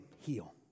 heal